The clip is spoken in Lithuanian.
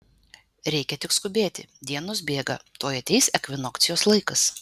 reikia tik skubėti dienos bėga tuoj ateis ekvinokcijos laikas